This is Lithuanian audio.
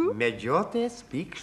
medžiotojas pykšt